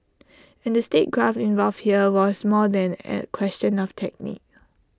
and the statecraft involved here was more than A question of technique